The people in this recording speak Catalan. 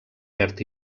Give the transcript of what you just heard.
verd